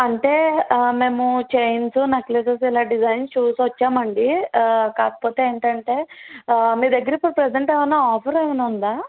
అంటే మేము chains necklaces ఇలా డిజైన్స్ చూసి వచ్చామండి కాకపోతే ఏంటంటే మీ దగ్గర ఇప్పుడు ప్రెజెంట్ ఏమైనా ఆఫర్ ఏమైనా ఉందా